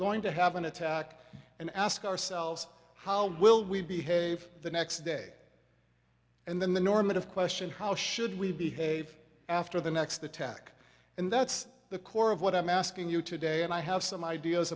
going to have an attack and ask ourselves how will we behave the next day and then the normative question how should we behave after the next attack and that's the core of what i'm asking you today and i have some ideas